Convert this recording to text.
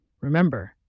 Remember